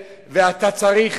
אתה צריך